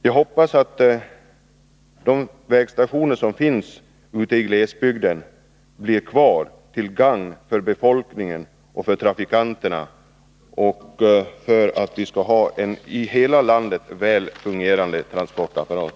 Jag hoppas att de vägstationer som finnsi glesbygden blir kvar, till gagn för befolkningen och trafikanterna så att vi får en i hela landet väl fungerande transportapparat.